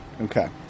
Okay